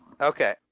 Okay